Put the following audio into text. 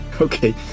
Okay